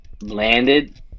landed